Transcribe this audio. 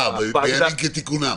בימים כתיקונם.